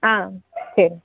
ஆ சரிங்க